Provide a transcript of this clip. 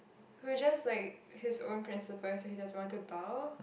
who just like his own principle he said he doesn't want to bow